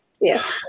Yes